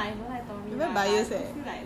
no but I don't like tommy